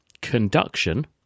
conduction